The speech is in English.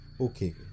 Okay